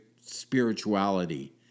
spirituality